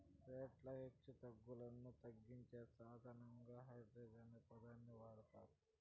రేట్ల హెచ్చుతగ్గులను తగ్గించే సాధనంగా హెడ్జ్ అనే పదాన్ని వాడతారు